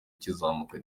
ukizamuka